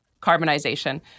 carbonization